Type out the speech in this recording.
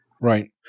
Right